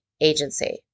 agency